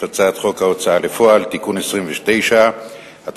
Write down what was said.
הצעת חוק ההוצאה לפועל (תיקון מס' 29) (תיקון),